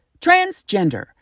transgender